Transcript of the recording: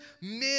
men